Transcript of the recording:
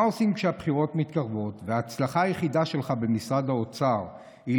מה עושים כשהבחירות מתקרבות וההצלחה היחידה שלך במשרד האוצר היא